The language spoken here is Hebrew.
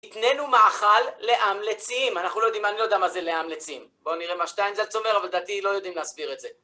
תתננו מאכל לעמלצים. אנחנו לא יודעים, אני לא יודע מה זה לעמלצים. בוא נראה מה שטיינזלץ אומר, אבל לדעתי לא יודעים להסביר את זה.